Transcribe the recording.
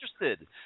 interested